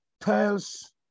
tells